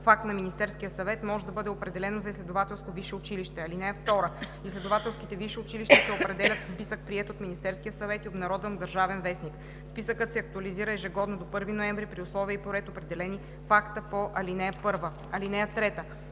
акт на Министерския съвет, може да бъде определено за изследователско висше училище. (2) Изследователските висши училища се определят в списък, приет от Министерския съвет и обнародван в „Държавен вестник“. Списъкът се актуализира ежегодно до 1 ноември при условия и по ред, определени в акта по ал. 1. (3)